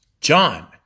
John